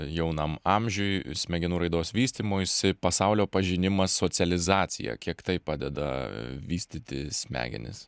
jaunam amžiuj smegenų raidos vystymuisi pasaulio pažinimas socializacija kiek tai padeda vystyti smegenis